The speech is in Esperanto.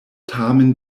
tamen